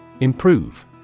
Improve